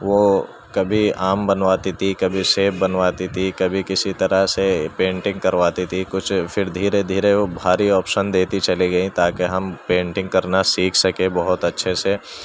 وہ کبھی آم بنواتی تھی کبھی سیب بنواتی تھی کبھی کسی طرح سے پینٹنگ کرواتی تھی کچھ پھر دھیرے دھیرے وہ بھاری آپشن دیتی چلی گئیں تاکہ ہم پینٹنگ کرنا سیکھ سکیں بہت اچھے سے